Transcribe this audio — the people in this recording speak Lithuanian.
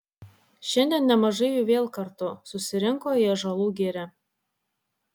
šiandien nemažai jų vėl kartu susirinko į ąžuolų girią